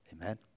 Amen